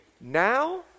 Now